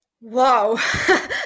wow